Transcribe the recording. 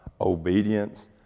obedience